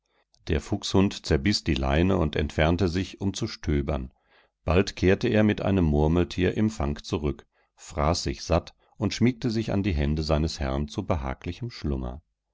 der fuchshund zerbiß die leine und entfernte sich um zu stöbern bald kehrte er mit einem murmeltier im fang zurück fraß sich satt und schmiegte sich an die hände seines herrn zu behaglichem schlummer